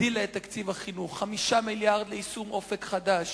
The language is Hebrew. הגדילה את תקציב החינוך: 5 מיליארדים ליישום "אופק חדש",